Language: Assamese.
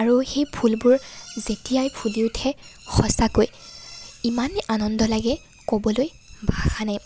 আৰু সেই ফুলবোৰ যেতিয়াই ফুলি উঠে সচাঁকৈ ইমানেই আনন্দ লাগে ক'বলৈ ভাষা নাই